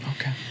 Okay